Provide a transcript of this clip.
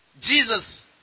Jesus